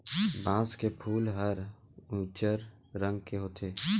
बांस के फूल हर उजर रंग के होथे